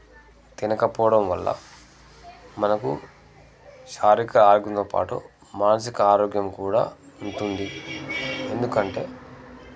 తినకపోవడం వల్ల మనకు శారీరక ఆరోగ్యంతో పాటు మానసిక ఆరోగ్యం కూడా ఉంటుంది ఎందుకంటే